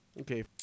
Okay